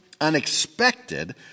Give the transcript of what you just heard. unexpected